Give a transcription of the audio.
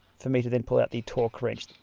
for me to then pull out the torque wrench